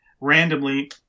randomly